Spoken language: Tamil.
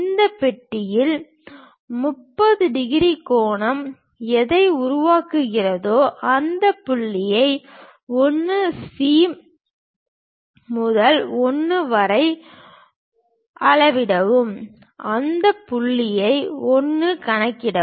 இந்த பெட்டியில் 30 டிகிரி கோணம் எதை உருவாக்குகிறதோ இந்த புள்ளியை 1 C முதல் 1 வரை அளவிடவும் அந்த புள்ளியை 1 கண்டுபிடிக்கவும்